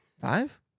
five